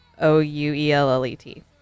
O-U-E-L-L-E-T